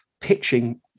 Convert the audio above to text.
pitching